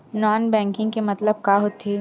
Non banking के मतलब का होथे?